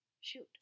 Shoot